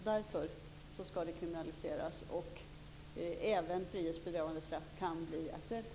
Därför skall det kriminaliseras, och även frihetsberövande straff kan bli aktuellt.